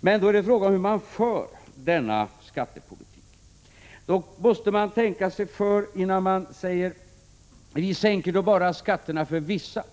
Men frågan är då hur man för denna skattepolitik? Man måste tänka sig för innan man säger: Vi sänker skatterna bara för vissa.